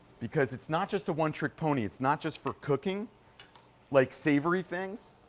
because it's not just a one trick pony. it's not just for cooking like savory things.